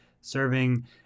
serving